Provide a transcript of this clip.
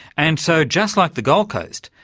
and so just like the gold coast,